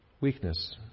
weakness